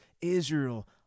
Israel